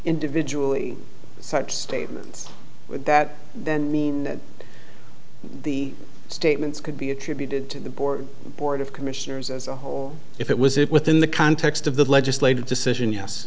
individually such statements that then mean the statements could be attributed to the board board of commissioners as a whole if it was it within the context of the legislative decision yes